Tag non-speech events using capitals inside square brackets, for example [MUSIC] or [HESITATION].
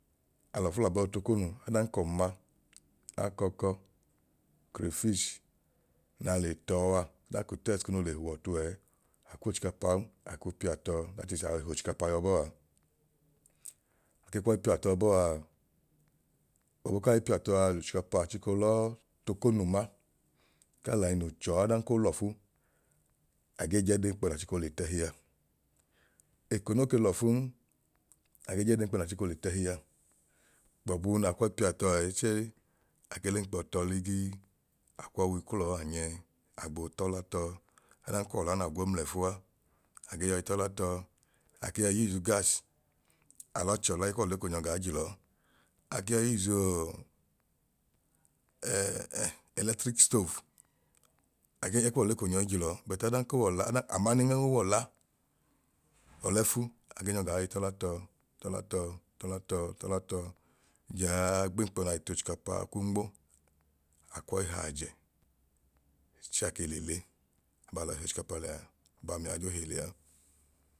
Alọfu l'abọ yọọ t'okonu odan k'ọma, akọkọ, crayfish, na le tọọ a odan k'utẹst kunu le huọ ọtuẹẹ akw'ochikapaa wu aku pia tọọ that is ayọi h'ochikapaa yọbọa, akwọi pia tọọ bọọ aa gbọbu kai pia tọọ a ochikapaa achiko lọ t'okonu ma ka lainu chọọ adan ko lọfu agee j'ẹdeenkpọ naa chiko le t'ẹhi aa, eko no ke lọfun age jẹẹdeenkpọ na chiko le t'ẹhi aa gbọbu naa kwọi pia tọọ ẹẹ chẹẹ ake lẹnkpọ tọọ ligii akwọwui klọọ anyẹ agboo t'ọla tọọ ọdan ko w'ọla naa gwo mlẹfua age yọi t'ọla tọọ, ake yọi use ugas alọ chọla ẹkuwọ le koo nyọ gaa jilọọ ake yọi use u [HESITATION] electrik stove age jẹkuwọ le ko nyọọ jilọọ but ọdan ko w'ọla amanin no w'ọla ọlẹfu age nyọ gaa i tọla tọọ tọla tọọ tọla tọọ tọla tọọ jaaaa gbenkpọ nai t'ochikapaa ku nmo akwọi haajẹ chẹẹ ake le le. Abaalọi h'ochikapa lẹa, abaamia joo he lẹaa